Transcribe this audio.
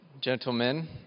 gentlemen